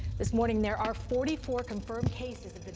this morning, there are forty four confirmed cases